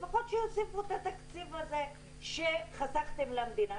לפחות שיוסיפו את התקציב הזה שחסכתם למדינה,